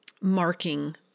marking